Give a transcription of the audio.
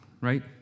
right